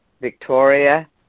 Victoria